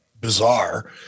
Bizarre